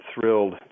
thrilled